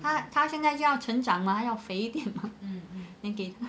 他他现在就要成长嘛要肥一点嘛 then 给他